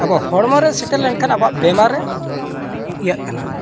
ᱟᱵᱚᱣᱟᱜ ᱦᱚᱲᱢᱚ ᱨᱮ ᱥᱮᱴᱮᱨ ᱞᱮᱱᱠᱷᱟᱱ ᱟᱵᱚᱣᱟᱜ ᱵᱤᱢᱟᱨᱮ ᱤᱭᱟᱹᱜ ᱠᱟᱱᱟ